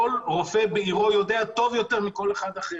כל רופא בעירו יודע טוב יותר מכל אחד אחר.